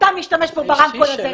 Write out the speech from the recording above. אתה משתמש פה ברמקול הזה,